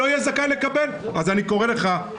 אז אני קורא לך,